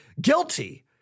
guilty